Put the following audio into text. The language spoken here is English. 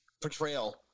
portrayal